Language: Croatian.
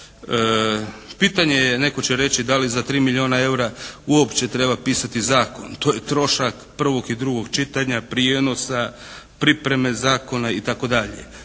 Pitanje je netko će reći da li za 3 milijona eura uopće treba pisati zakon. To je trošak prvog i drugog čitanja, prijenosa, pripreme zakona itd.